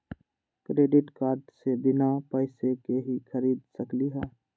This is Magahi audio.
क्रेडिट कार्ड से बिना पैसे के ही खरीद सकली ह?